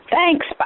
Thanks